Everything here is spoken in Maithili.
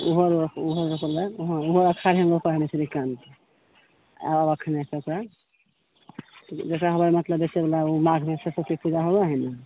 ओहो ओहोमे ओहो अषारेमे ओकर आओर अखने सौंसे जकरा हो गेल मतलब बेचै बला ओ माघमे सरस्वती पूजा होबऽ है ने